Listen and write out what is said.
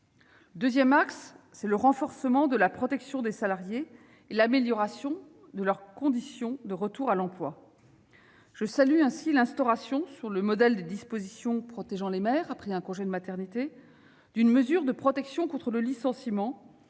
deuxième axe est le renforcement de la protection des salariés et l'amélioration des conditions de leur retour à l'emploi. Je salue ainsi l'instauration, sur le modèle des dispositions protégeant les mères après un congé de maternité, d'une mesure de protection contre le licenciement